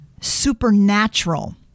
supernatural